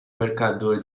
mercador